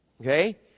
Okay